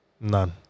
None